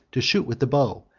to shoot with the bow,